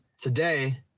Today